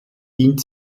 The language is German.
dient